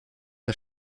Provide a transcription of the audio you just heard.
der